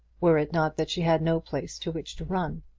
were it not that she had no place to which to run.